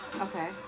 Okay